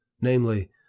namely